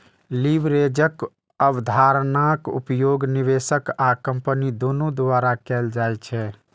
लीवरेजक अवधारणाक उपयोग निवेशक आ कंपनी दुनू द्वारा कैल जाइ छै